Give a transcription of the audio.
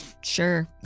Sure